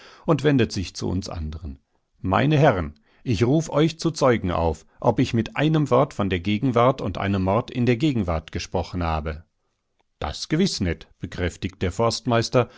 und wendet sich zu uns anderen meine herren ich ruf euch zu zeugen auf ob ich mit einem wort von der gegenwart und einem mord in der gegenwart gesprochen habe das gewiß net bekräftigt der forstmeister